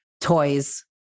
toys